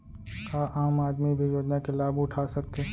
का आम आदमी भी योजना के लाभ उठा सकथे?